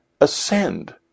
ascend